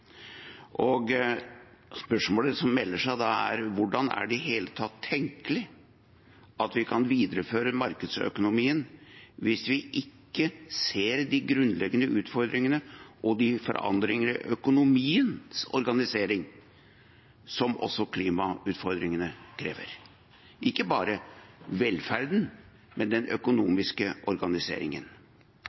Spørsmålet som melder seg, er hvordan det i det hele tatt er tenkelig at vi kan videreføre markedsøkonomien hvis vi ikke ser de grunnleggende utfordringene og forandringene i økonomiens organisering som klimautfordringene krever. Det gjelder ikke bare velferden, men den økonomiske organiseringen,